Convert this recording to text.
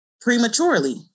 prematurely